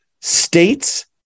states